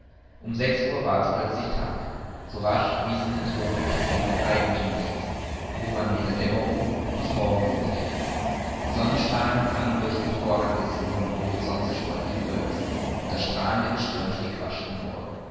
um sechs uhr ward's plötzlich tag so rasch wie es den tropengegenden eigenthümlich ist wo man weder dämmerung noch morgenröthe kennt die sonnenstrahlen drangen durch den vorhang des über den horizont zerstreuten gewölkes und das strahlende gestirn stieg rasch empor